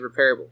repairable